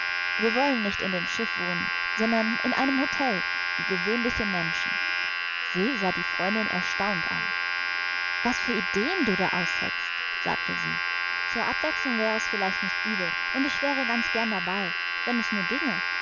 wir wollen nicht in dem schiff wohnen sondern in einem hotel wie gewöhnliche menschen se sah die freundin erstaunt an was für ideen du da ausheckst sagte sie zur abwechslung wäre es vielleicht nicht übel und ich wäre ganz gern dabei wenn es nur ginge